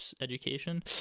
education